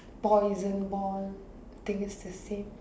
poison ball things to sit